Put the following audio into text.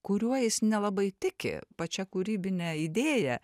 kuriuo jis nelabai tiki pačia kūrybine idėja